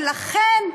ולכן,